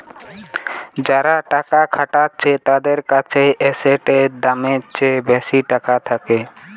যারা টাকা খাটাচ্ছে তাদের কাছে যদি এসেটের দামের চেয়ে বেশি টাকা থাকে